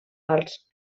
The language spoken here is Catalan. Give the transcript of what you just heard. als